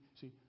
see